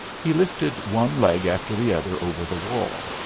he lifted one leg after the other over the wall.